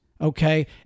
okay